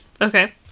Okay